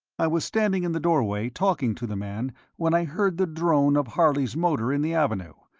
i was standing in the doorway talking to the man when i heard the drone of harley's motor in the avenue,